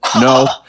no